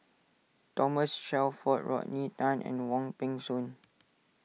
Thomas Shelford Rodney Tan and Wong Peng Soon